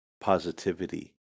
positivity